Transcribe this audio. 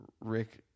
Rick